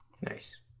Nice